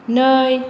नै